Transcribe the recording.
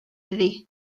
iddi